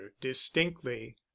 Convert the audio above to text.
distinctly